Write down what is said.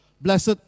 Blessed